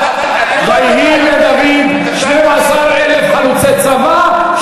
ויהי לדוד שנים-עשר אלף חלוצי צבא,